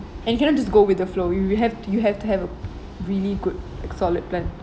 and you cannot just go with the flow you you have to you have to have a really good and solid plan